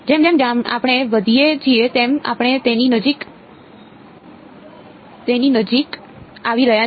જેમ જેમ આપણે વધીએ છીએ તેમ આપણે તેની નજીક આવી રહ્યા છીએ